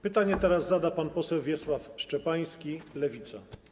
Pytanie teraz zada pan poseł Wiesław Szczepański, Lewica.